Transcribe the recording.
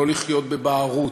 לא לחיות בבערות,